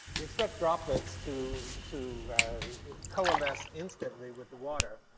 expect droplets to to coalesce instantly with the water.